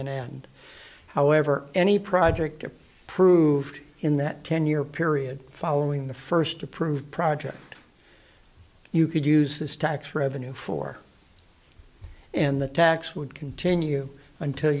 and however any project proved in that ten year period following the first approved project you could use this tax revenue for and the tax would continue until